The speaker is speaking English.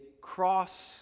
cross